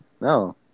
No